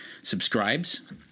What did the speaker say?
subscribes